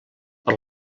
per